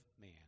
man